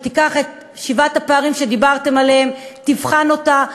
שתיקח את שבעת הפערים שדיברתם עליהם ותבחן אותם.